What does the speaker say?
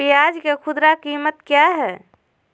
प्याज के खुदरा कीमत क्या है?